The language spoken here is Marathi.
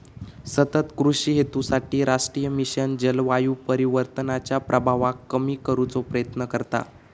सतत कृषि हेतूसाठी राष्ट्रीय मिशन जलवायू परिवर्तनाच्या प्रभावाक कमी करुचो प्रयत्न करता